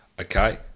Okay